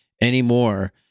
anymore